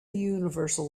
universal